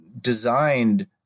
designed